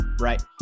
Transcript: right